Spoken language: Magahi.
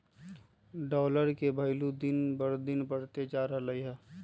डॉलर के भइलु दिन पर दिन बढ़इते जा रहलई ह